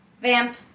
Vamp